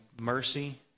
mercy